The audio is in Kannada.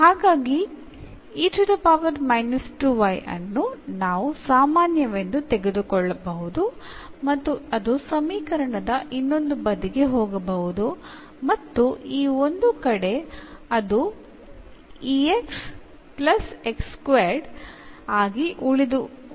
ಹಾಗಾಗಿ ನಾವು ಸಾಮಾನ್ಯವೆಂದು ತೆಗೆದುಕೊಳ್ಳಬಹುದು ಮತ್ತು ಅದು ಸಮೀಕರಣದ ಇನ್ನೊಂದು ಬದಿಗೆ ಹೋಗಬಹುದು ಮತ್ತು ಈ ಒಂದು ಕಡೆ ಅದು ಆಗಿ ಉಳಿಯುತ್ತದೆ